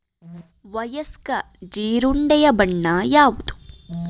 ವಯಸ್ಕ ಜೀರುಂಡೆಯ ಬಣ್ಣ ಯಾವುದು?